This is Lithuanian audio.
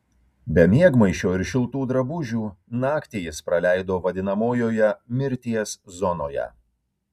be miegmaišio ir šiltų drabužių naktį jis praleido vadinamojoje mirties zonoje